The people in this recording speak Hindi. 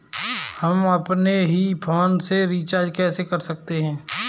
हम अपने ही फोन से रिचार्ज कैसे कर सकते हैं?